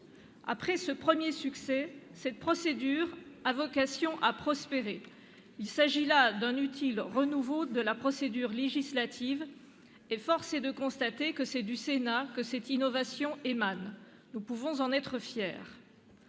Après ce premier succès, elle a vocation à prospérer. Il s'agit là d'un utile renouveau de la procédure législative, et force est de constater que c'est du Sénat que cette innovation émane. Nous pouvons en être fiers.